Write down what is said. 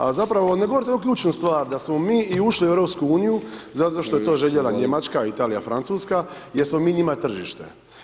A zapravo ne govorite jednu ključnu stvar, da smo mi i ušli u EU, zato što je to željela Njemačka, Italija i Francuska jer smo mi njima tržište.